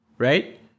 right